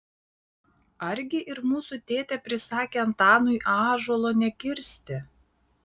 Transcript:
argi ir mūsų tėtė prisakė antanui ąžuolo nekirsti